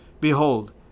Behold